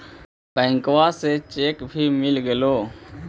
बैंकवा से चेक भी मिलगेलो?